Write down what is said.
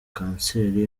kanseri